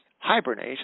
hibernate